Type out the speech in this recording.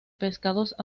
pescados